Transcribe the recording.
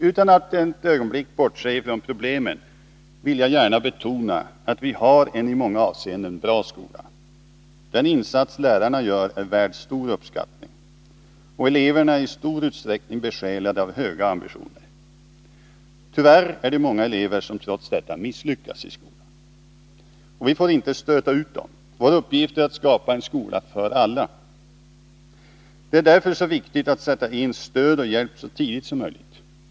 Utan att ett ögonblick bortse från problemen vill jag gärna betona att vi har en i många avseenden bra skola. Den insats lärarna gör är värd stor uppskattning, och eleverna är i stor utsträckning besjälade av höga ambitioner. Tyvärr är det många elever som trots detta misslyckas i skolan. Vi får inte stöta ut dem. Vår uppgift är att skapa en skola för alla. Det är därför som det ärså viktigt att stöd och hjälp sätts in så tidigt som möjligt.